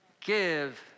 Give